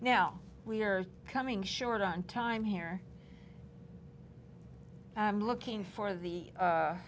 now we are coming short on time here i'm looking for the